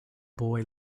boy